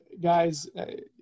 guys